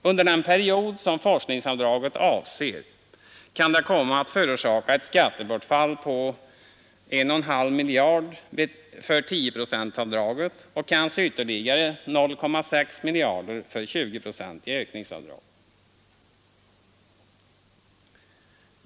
Under den period som forskningsavdraget avser kan det komma att förorsaka ett skattebortfall på 1,5 miljarder för 10-procentsavdraget och kanske ytterligare 0,6 miljarder för det 20-procentiga ökningsavdraget.